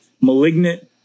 malignant